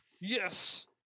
Yes